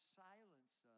silence